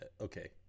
okay